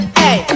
hey